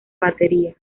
batería